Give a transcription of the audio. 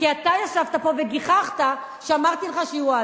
כי אתה ישבת פה וגיחכת כשאמרתי לך שיהיו אוהלים.